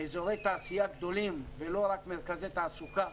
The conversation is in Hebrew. אזורי תעשייה גדולים ולא רק מרכזי תעסוקה,